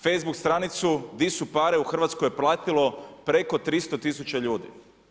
Facebook stranicu „Di su pare?“ u Hrvatskoj je pratilo preko 300 tisuća ljudi.